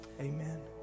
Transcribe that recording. Amen